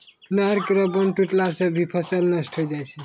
नहर केरो बांध टुटला सें भी फसल नष्ट होय जाय छै